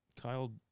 Kyle